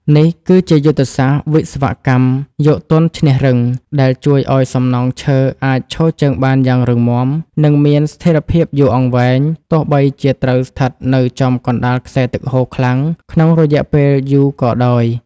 នេះគឺជាយុទ្ធសាស្ត្រវិស្វកម្ម យកទន់ឈ្នះរឹង ដែលជួយឱ្យសំណង់ឈើអាចឈរជើងបានយ៉ាងរឹងមាំ និងមានស្ថិរភាពយូរអង្វែង ទោះបីជាត្រូវស្ថិតនៅចំកណ្ដាលខ្សែទឹកហូរខ្លាំងក្នុងរយៈពេលយូរក៏ដោយ។